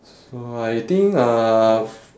so I think uh